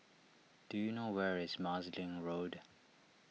do you know where is Marsiling Road